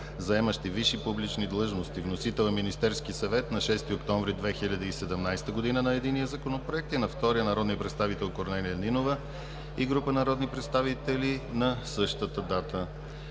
заемащи висши публични длъжности. Вносители: Министерският съвет на 6 октомври 2017 г. на единия Законопроект, и на втория – народният представител Корнелия Нинова и група народни представители на 6 октомври